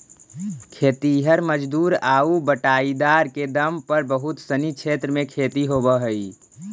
खेतिहर मजदूर आउ बटाईदार के दम पर बहुत सनी क्षेत्र में खेती होवऽ हइ